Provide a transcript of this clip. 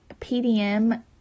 pdm